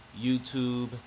YouTube